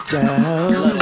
down